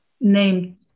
named